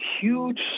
huge